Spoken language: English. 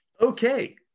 Okay